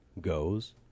goes